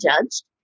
judged